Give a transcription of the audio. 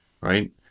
right